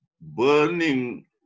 burning